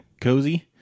cozy